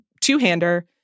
two-hander